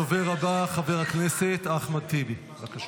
הדובר הבא, חבר הכנסת אחמד טיבי, בבקשה.